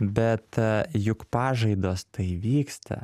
bet juk pažaidos tai vyksta